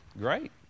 great